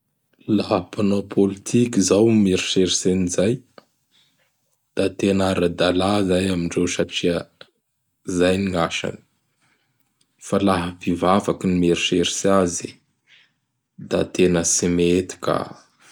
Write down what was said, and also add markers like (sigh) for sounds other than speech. (noise) Laha mpanao politiky izao gny mieritseritsy an'izay; da tena ara-dalà zay amindreo satria zay ny gn' asany. Fa laha mpivavaky gny mieritseritsy azy; da tena tsy mety ka. (noise)